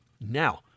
Now